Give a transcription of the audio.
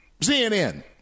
CNN